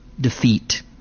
defeat